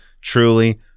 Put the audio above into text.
truly